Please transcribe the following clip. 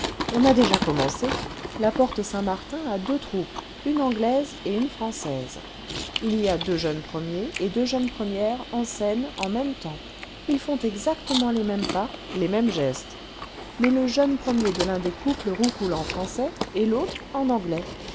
on a déjà commencé la porte-saint-martin a deux troupes une anglaise et une française il y a deux jeunes premiers et deux jeunes premières en scène en même temps ils font exactement les mêmes pas les mêmes gestes mais le jeune premier de l'un des couples roucoule en français et l'autre en anglais